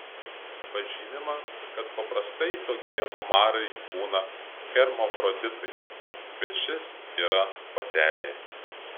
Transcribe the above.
pažymima kad paprastai tokie omarai būna hermafroditai bet šis yra patelė